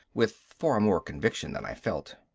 with far more conviction than i felt.